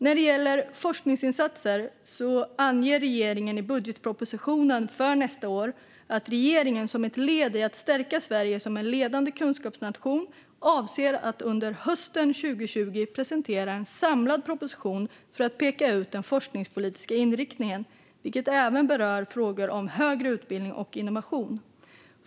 När det gäller forskningsinsatser anger regeringen i budgetpropositionen för nästa år att regeringen som ett led i att stärka Sverige som en ledande kunskapsnation avser att under hösten 2020 presentera en samlad proposition för att peka ut den forskningspolitiska inriktningen, vilken även berör frågor om högre utbildning och innovation.